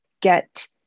get